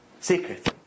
Secret